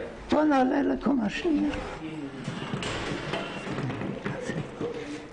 עליהם אימה, ההיגיון הפשוט